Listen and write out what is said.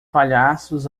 palhaços